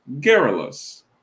Garrulous